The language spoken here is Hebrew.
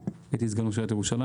הייתי סגן ראש עיריית ירושלים.